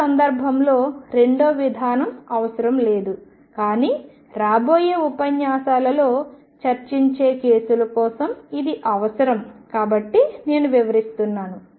ఈ సందర్భంలో రెండవ విధానం అవసరం లేదు కానీ రాబోయే ఉపన్యాసాలలో చర్చించే కేసుల కోసం ఇది అవసరం కాబట్టి నేను వివస్తున్నాను